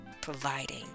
providing